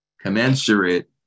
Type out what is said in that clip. commensurate